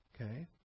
okay